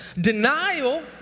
Denial